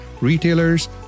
retailers